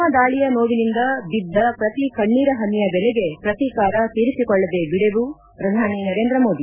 ಮಲ್ವಾಮ ದಾಳಿಯ ನೋವಿನಿಂದ ಬಿದ್ದ ಶ್ರತಿ ಕಣ್ಣಿರ ಹನಿಯ ಬೆಲೆಗೆ ಪ್ರತೀಕಾರ ತೀರಿಸಿಕೊಳ್ಳದೇ ಬಿಡೆವು ಪ್ರಧಾನಿ ನರೇಂದ್ರ ಮೋದಿ